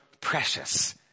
precious